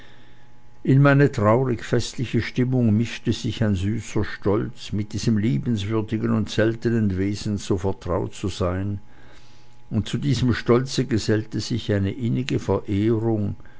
in meine traurig festliche stimmung mischte sich ein süßer stolz mit diesem liebenswürdigen und seltenen wesen so vertraut zu sein und zu diesem stolze gesellte sich eine innige verehrung